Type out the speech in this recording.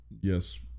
Yes